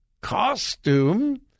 costume